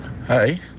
Hi